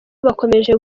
bakomeje